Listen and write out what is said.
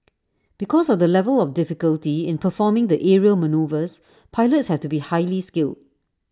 because of the level of difficulty in performing the aerial manoeuvres pilots have to be highly skilled